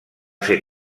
ser